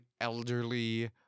elderly